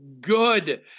good